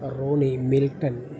Roni Milton